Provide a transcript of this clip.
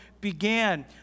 began